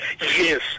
yes